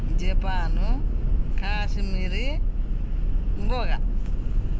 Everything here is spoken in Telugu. జపాన్ కాశ్మీరీ బోగా